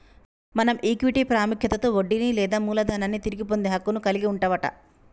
మనం ఈక్విటీ పాముఖ్యతలో వడ్డీని లేదా మూలదనాన్ని తిరిగి పొందే హక్కును కలిగి వుంటవట